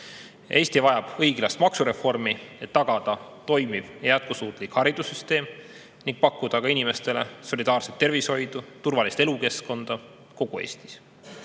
Eesti vajab õiglast maksureformi, et tagada toimiv jätkusuutlik haridussüsteem ning pakkuda inimestele solidaarset tervishoidu, turvalist elukeskkonda kogu Eestis.